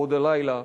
עוד הלילה.